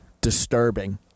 disturbing